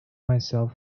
myself